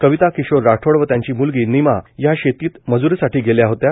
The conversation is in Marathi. कविता किशोर राठोड आणि त्यांची म्लगी निमा ह्या शेतीत मज्रीसाठी गेल्या होत्या